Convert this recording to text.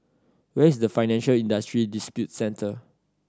where is the Financial Industry Dispute Center